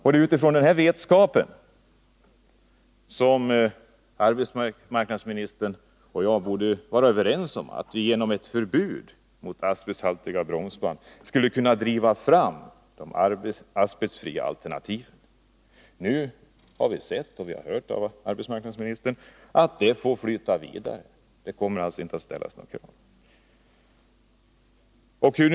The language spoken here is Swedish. Det är utifrån den vetskapen som arbetsmarknadsministern och jag borde kunna vara överens om att vi genom ett förbud mot asbesthaltiga bromsband skulle kunna driva fram de asbestfria alternativen. Men nu har vi sett och hört av arbetsmarknadsministern att det får flyta vidare. Det kommer alltså inte att resas några hinder.